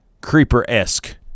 Creeper-esque